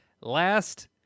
last